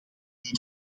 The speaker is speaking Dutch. die